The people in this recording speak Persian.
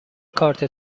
کارت